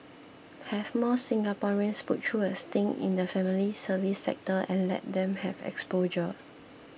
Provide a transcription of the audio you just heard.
have more Singaporeans put through a stint in the family service sector and let them have exposure